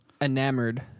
enamored